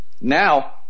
Now